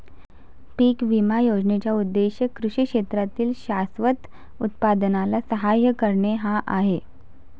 पीक विमा योजनेचा उद्देश कृषी क्षेत्रातील शाश्वत उत्पादनाला सहाय्य करणे हा आहे